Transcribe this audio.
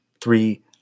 three